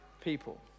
people